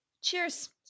Cheers